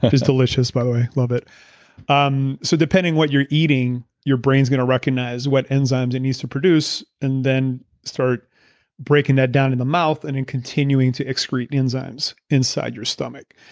it's delicious by the way, love it um so, depending what you're eating, your brain's gonna recognize what enzymes it needs to produce and then start breaking that down in the mouth, and in continuing to excrete enzymes inside your stomach.